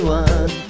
one